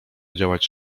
działać